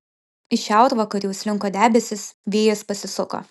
iš šiaurvakarių slinko debesys vėjas pasisuko